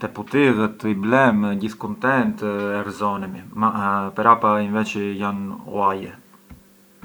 te putillet, i blemë, gjith kuntent, e gëzonemi, ma prapa inveçi jan ghuaje.